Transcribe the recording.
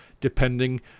depending